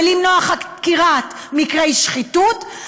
ולמנוע חקירת מקרי שחיתות,